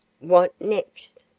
what next?